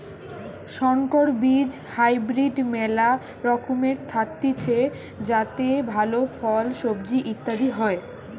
সংকর বীজ হাইব্রিড মেলা রকমের থাকতিছে যাতে ভালো ফল, সবজি ইত্যাদি হয়